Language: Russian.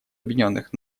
объединенных